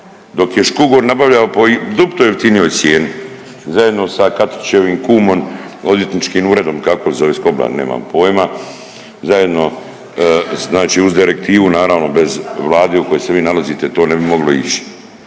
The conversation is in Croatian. dok je Škugor nabavljao po duplo jeftinijoj cijeni zajedno sa Katićevim kumom odvjetničkim uredom, kako se zove … nemam pojma, zajedno znači uz direktivu naravno bez vlade u kojoj se vi nalazite to ne bi moglo ići.